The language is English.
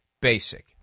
basic